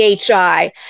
PHI